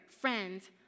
friends